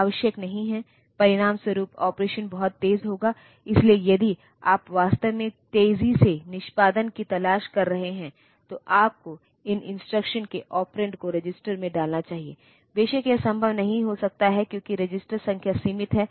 अब तो उदाहरण के लिए यदि आप इस इंस्ट्रक्शन 10 यह विशेष रूप से बिट क्रम 1000 0000 कहते हैं